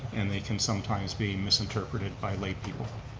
and they can sometimes being misinterpreted by laypeople.